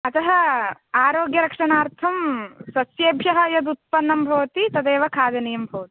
अतः आरोग्यरक्षणार्थं सस्येभ्यः यदुत्पन्नं भवति तदेव खादनीयं भवति